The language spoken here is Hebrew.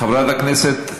עליזה, חברת הכנסת,